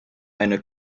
eine